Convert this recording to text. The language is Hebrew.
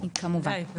בוודאי.